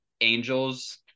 angels